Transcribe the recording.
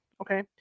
Okay